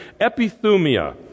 Epithumia